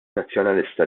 nazzjonalista